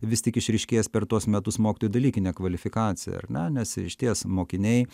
vis tik išryškėjęs per tuos metus mokytojų dalykinė kvalifikacija ar ne nes išties mokiniai